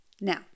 Now